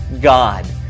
God